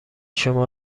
شما